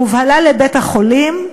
הובהלה לבית-החולים,